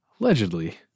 allegedly